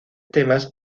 temas